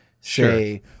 say